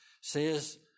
says